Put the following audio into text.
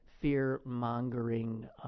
fear-mongering